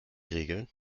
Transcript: regeln